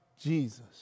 Jesus